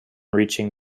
reaching